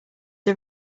are